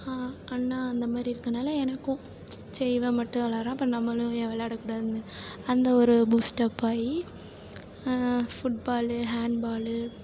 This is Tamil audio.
அண்ணா அந்த மாதிரி இருக்கறனால எனக்கும் சரி இவன் மட்டும் விளையாடுறான் அப்போ நம்மளும் ஏன் விளையாடக்கூடாதுனு அந்த ஒரு பூஸ்ட்அப் ஆகி ஃபுட்பாலு ஹேண்ட்பாலு